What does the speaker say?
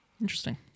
Interesting